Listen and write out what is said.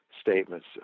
statements